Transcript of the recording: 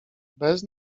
bez